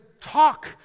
talk